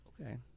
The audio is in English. Okay